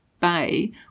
Bay